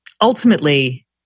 ultimately